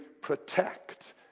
protect